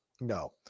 no